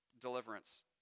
deliverance